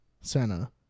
Senna